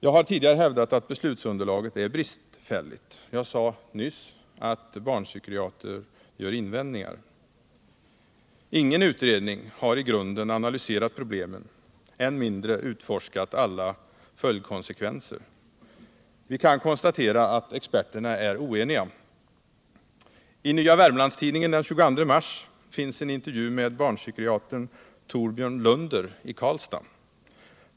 Jag har tidigare hävdat att beslutsunderlaget är bristfälligt. Jag sade nyss att barnpsykiatriker gör invändningar. Ingen utredning har i grunden analyserat problemen, än mindre utforskat alla konsekvenser av att barn använder krigsleksaker. Vi kan konstatera att experterna är oeniga. I Nya Wermlands = Nr 120 Tidningen den 22 mars finns en intervju med barnpsykiatriker Thorbjörn Fredagen den Lunder i Karlstad.